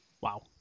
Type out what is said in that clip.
Wow